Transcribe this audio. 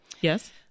yes